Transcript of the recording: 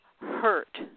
hurt